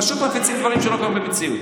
פשוט מפיצים דברים שלא קורים במציאות.